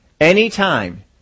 anytime